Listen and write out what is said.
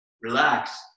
Relax